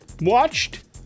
watched